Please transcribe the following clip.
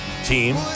Team